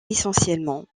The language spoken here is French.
essentiellement